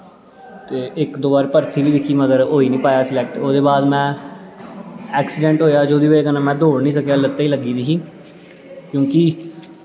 ते इक दो बार बाद च भर्थी बी दिक्खी मगर होई नेईं पाया स्लैक्ट ते ओह्दै बाद में ऐक्सिडैंट होआ जेह्दे बजह कन्नै में दौड़ी निं सकेआ लत्ते गी लग्गी दी ही क्योंकि